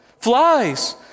Flies